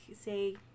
say